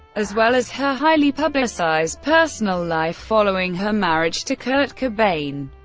as well as her highly publicized personal life following her marriage to kurt cobain.